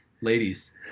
Ladies